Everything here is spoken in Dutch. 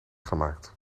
gemaakt